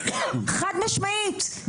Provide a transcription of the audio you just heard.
חד משמעית.